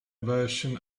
version